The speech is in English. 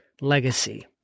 Legacy